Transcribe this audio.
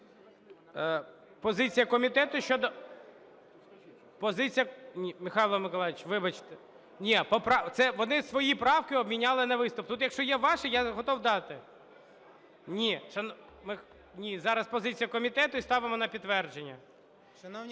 Позиція комітету щодо... Позиція... Ні, Михайло Миколайович, вибачте, ні, це вони свої правки обміняли на виступ. Тут якщо є ваші, я готов дати. Ні, шановний, ні, зараз позиція комітету, і ставимо на підтвердження.